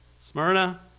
Smyrna